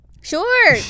Sure